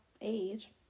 age